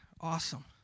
Awesome